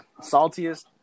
Saltiest